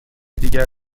دیگر